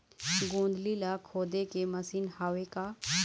गोंदली ला खोदे के मशीन हावे का?